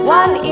one